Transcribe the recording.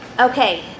Okay